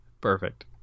perfect